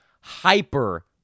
hyper